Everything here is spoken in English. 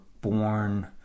born